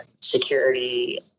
security